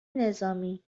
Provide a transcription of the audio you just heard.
نظامی